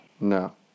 No